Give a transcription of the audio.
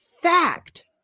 fact